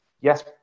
Yes